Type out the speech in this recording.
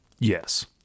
Yes